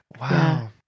Wow